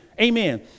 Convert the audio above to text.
Amen